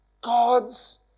God's